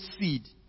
seed